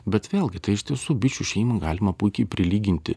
bet vėlgi tai iš tiesų bičių šeimą galima puikiai prilyginti